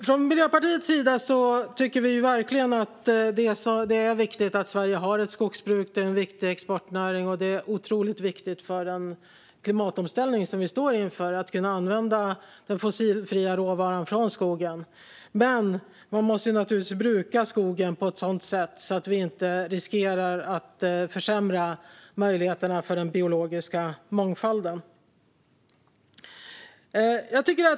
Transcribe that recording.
Från Miljöpartiets sida tycker vi verkligen att det är viktigt att Sverige har ett skogsbruk. Det är en viktig exportnäring, och det är otroligt viktigt för den klimatomställning som vi står inför att kunna använda den fossilfria råvaran från skogen. Men man måste naturligtvis bruka skogen på ett sådant sätt att vi inte riskerar att försämra möjligheterna för den biologiska mångfalden.